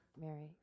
Mary